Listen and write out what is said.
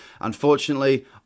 Unfortunately